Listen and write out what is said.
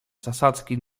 zasadzki